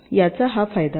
याचा फायदा आहे